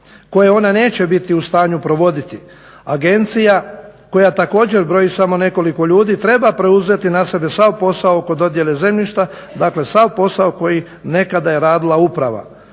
koja ona neće biti u stanju provoditi. Agencija koja također broji samo nekoliko ljudi treba preuzeti na sebe sav posao oko dodjele zemljišta, dakle sav posao koji je nekada radila uprava.